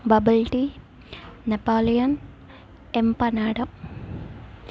bubble tea Napoleon empanada